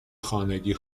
خانگی